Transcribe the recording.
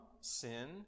sin